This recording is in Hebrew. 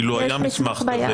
אילו היה מסמך כזה,